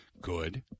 good